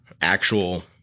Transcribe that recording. actual